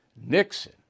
nixon